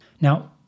Now